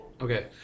okay